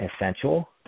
essential